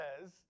says